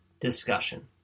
discussion